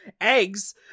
eggs